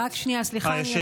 רק שנייה, סליחה, אני אשלים.